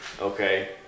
Okay